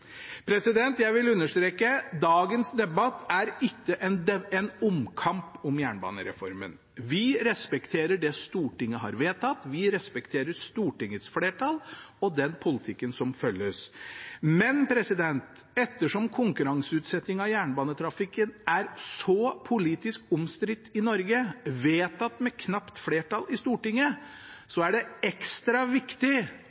Jeg vil understreke at dagens debatt ikke er en omkamp om jernbanereformen. Vi respekterer det Stortinget har vedtatt. Vi respekterer Stortingets flertall og den politikken som følges, men ettersom konkurranseutsetting av jernbanetrafikken er så politisk omstridt i Norge, vedtatt med knapt flertall i Stortinget,